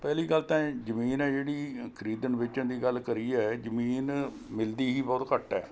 ਪਹਿਲੀ ਗੱਲ ਤਾਂ ਇਹ ਜ਼ਮੀਨ ਹੈ ਜਿਹੜੀ ਖਰੀਦਣ ਵੇਚਣ ਦੀ ਗੱਲ ਕਰੀ ਹੈ ਜ਼ਮੀਨ ਮਿਲਦੀ ਹੀ ਬਹੁਤ ਘੱਟ ਹੈ